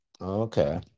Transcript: Okay